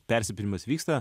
persipynimas vyksta